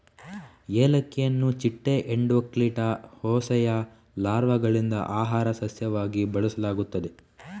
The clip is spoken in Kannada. ಏಲಕ್ಕಿಯನ್ನು ಚಿಟ್ಟೆ ಎಂಡೋಕ್ಲಿಟಾ ಹೋಸೆಯ ಲಾರ್ವಾಗಳಿಂದ ಆಹಾರ ಸಸ್ಯವಾಗಿ ಬಳಸಲಾಗುತ್ತದೆ